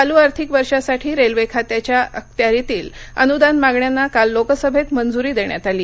चालू आर्थिक वर्षासाठी रेल्वे खात्याच्या अखत्यारीतील अनुदान मागण्यांना काल लोकसभेत मंजूरी देण्यात आली